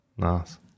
Nice